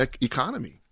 economy